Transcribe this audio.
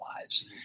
lives